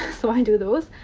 so, i do those.